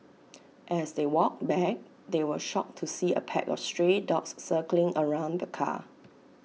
as they walked back they were shocked to see A pack of stray dogs circling around the car